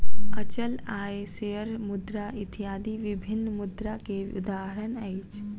अचल आय, शेयर मुद्रा इत्यादि विभिन्न मुद्रा के उदाहरण अछि